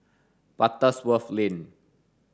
Butterworth Lane